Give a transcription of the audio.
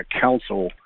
council